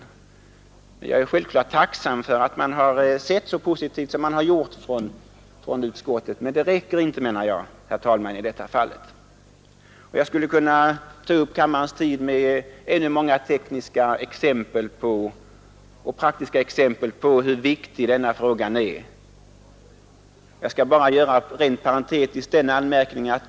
Självklart är jag tacksam för att utskottet sett så positivt på motionen som det gjort, men det räcker inte enligt min mening i detta fall, herr talman. Jag skulle kunna uppta kammarens tid ytterligare genom att lämna många praktiska exempel på hur viktig denna fråga är. Rent parentetiskt skall jag bara göra en anmärkning.